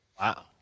Wow